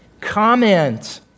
comment